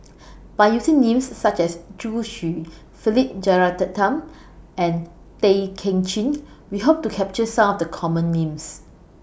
By using Names such as Zhu Xu Philip Jeyaretnam and Tay Kay Chin We Hope to capture Some of The Common Names